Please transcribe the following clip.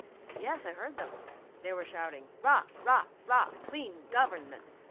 yes, i heard them they were shouting rah! rah! rah! clean government!